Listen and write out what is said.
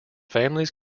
families